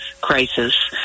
crisis